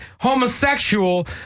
homosexual